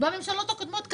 והממשלות הקודמות,